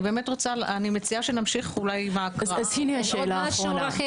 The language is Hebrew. שאלה אחרונה